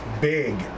big